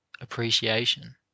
appreciation